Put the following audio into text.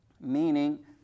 Meaning